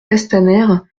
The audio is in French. castaner